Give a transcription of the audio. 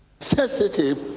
Sensitive